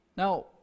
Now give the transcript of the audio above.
Now